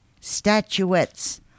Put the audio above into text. statuettes